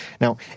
Now